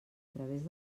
través